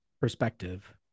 perspective